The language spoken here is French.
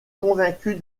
convaincu